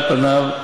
על פניו,